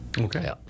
okay